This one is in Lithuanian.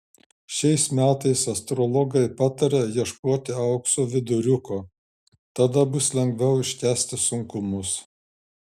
šiais metais astrologai pataria ieškoti aukso viduriuko tada bus lengviau iškęsti sunkumus